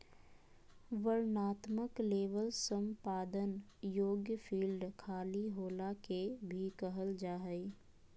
वर्णनात्मक लेबल संपादन योग्य फ़ील्ड खाली होला के भी कहल जा हइ